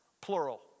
plural